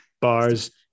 Bars